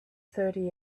thirty